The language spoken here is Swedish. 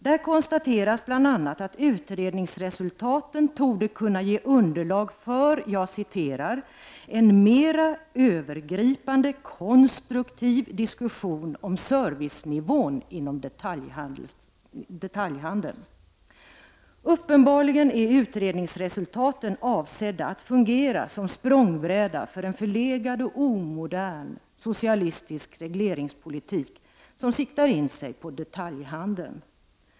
Där konstateras bl.a. att utredningsresultaten torde kunna ge underlag för ”en mera övergripande, konstruktiv diskussion om servicenivån inom detaljhandeln”. Uppenbarligen är utredningsresultaten avsedda att fungera som språngbräda för en förlegad och omodern socialistisk regleringspolitik som siktar in sig på detaljhandeln.